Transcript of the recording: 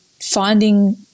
finding